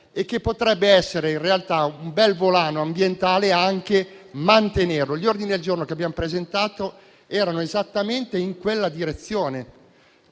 potrebbe essere in realtà un bel volano ambientale. Gli ordini del giorno che abbiamo presentato andavano esattamente in quella direzione: